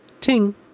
Ting